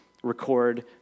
Record